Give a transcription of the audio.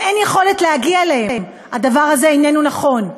ואין יכולת להגיע אליהן, הדבר הזה איננו נכון,